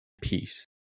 peace